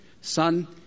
son